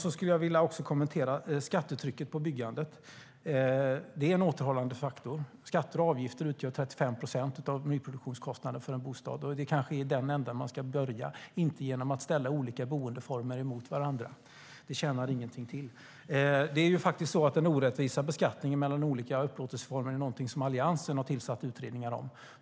Jag skulle vilja kommentera skattetrycket på byggandet. Det är en återhållande faktor. Skatter och avgifter utgör 35 procent av nyproduktionskostnaden för en bostad. Det är kanske i den ändan man ska börja i stället för att ställa olika boendeformer mot varandra. Det tjänar ingenting till. Den orättvisa beskattningen mellan olika upplåtelseformer är faktiskt något som Alliansen har tillsatt utredningar om.